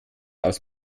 aus